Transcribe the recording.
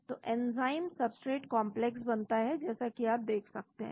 तो enzyme substrate complex बनता है जैसा कि आप देख सकते हैं